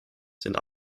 sind